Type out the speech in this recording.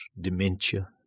dementia